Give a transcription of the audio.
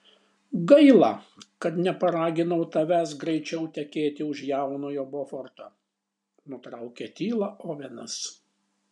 gaila kad neparaginau tavęs greičiau tekėti už jaunojo boforto nutraukė tylą ovenas